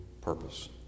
purpose